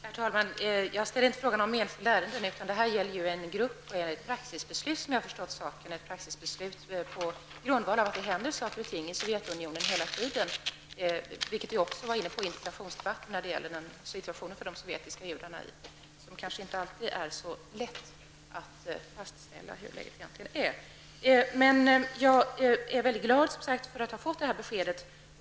Herr talman! Jag ställde inte någon fråga om enskilda ärenden, utan min fråga gäller en grupp och det är, såvitt jag förstår, fråga om ett praxisbeslut på grundval av att det hela tiden händer saker och ting i Sovjetunionen. Detta var vi också inne på i interpellationsdebatten. Men det är inte alltid så lätt att fastställa hur läget egentligen är när det gäller de sovjetiska judarna. Jag är emellertid mycket glad över att ha fått det här beskedet.